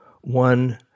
one